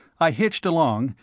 i hitched along,